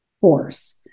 force